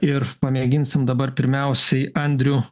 ir pamėginsim dabar pirmiausiai andrių